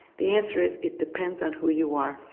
the answer is it depends on who you are.